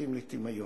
יורדים לטמיון,